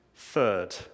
Third